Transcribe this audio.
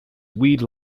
weed